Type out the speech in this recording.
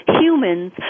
humans